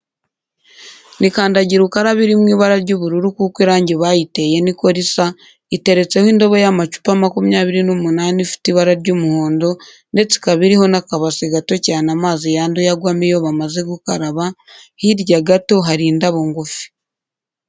Ni kandagira ukarabe iri mu ibara ry'ubururu kuko irangi bayiteye ni ko risa, iteretseho indobo y'amacupa makumyabiri n'umunani ifite ibara ry'umuhondo ndetse ikaba iriho n'akabase gato cyane amazi yanduye agwamo iyo bamaze gukaraba, hirya gato hari indabo ngufi.